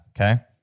Okay